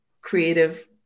creative